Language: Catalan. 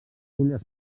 fulles